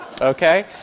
Okay